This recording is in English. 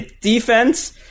defense